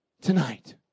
tonight